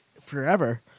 forever